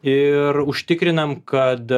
ir užtikrinam kad